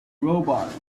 robot